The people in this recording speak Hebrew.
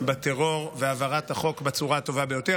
בטרור והעברת החוק בצורה הטובה ביותר.